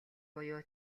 буюу